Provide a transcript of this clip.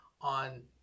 on